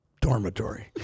dormitory